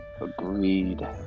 Agreed